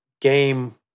game